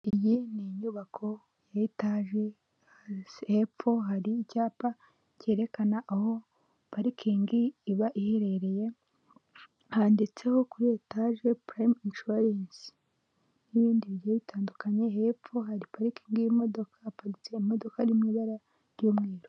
Iyi ni inyubako ya etaje hepfo hari icyapa kerekana aho parikingi iba iherereye handitseho kuri etaje purayime inshuwarensi n'ibindi bigiye bitandukanye, hepfo hari parikingi y'imodoka haparitse imodoka iri mu ibara ry'umweru.